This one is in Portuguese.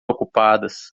ocupadas